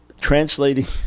translating